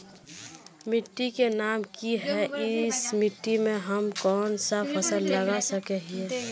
मिट्टी के नाम की है इस मिट्टी में हम कोन सा फसल लगा सके हिय?